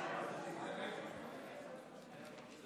ישראל.